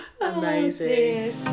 Amazing